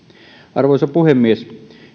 arvoisa puhemies